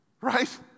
right